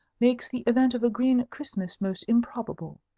makes the event of a green christmas most improbable.